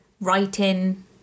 writing